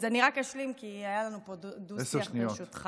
אז אני רק אשלים, כי היה לנו פה דו-שיח, ברשותך.